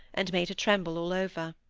and made her tremble all over.